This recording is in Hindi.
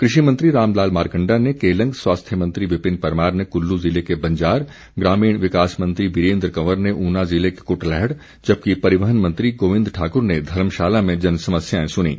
कृषि मंत्री रामलाल मारकण्डा ने केलंग स्वास्थ्य मंत्री विपिन परमार ने कुल्लू ज़िले के बंजार ग्रामीण विकास मंत्री वीरेन्द्र कंवर ने ऊना ज़िले के कुटलैहड़ जबकि परिवहन मंत्री गोविंद ठाकुर ने धर्मशाला में जनसमस्याएं सुनीं